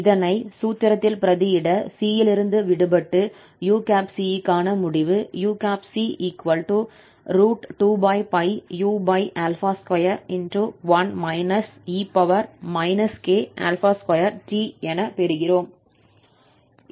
இதனை சூத்திரத்தில் பிரதியிட 𝑐 இலிருந்து விடுபட்டு uc க்கான முடிவு uc2u21 e k2t என பெறுகிறோம்